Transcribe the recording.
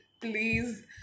please